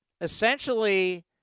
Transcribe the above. essentially